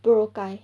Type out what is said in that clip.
boracay